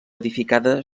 edificada